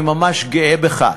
אני ממש גאה בך.